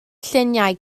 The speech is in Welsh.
lluniau